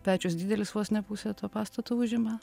pečius didelis vos ne pusė to pastato užima